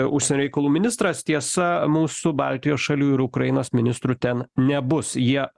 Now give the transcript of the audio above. užsienio reikalų ministras tiesa mūsų baltijos šalių ir ukrainos ministrų ten nebus jie